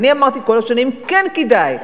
ואני אמרתי כל השנים: כן כדאי.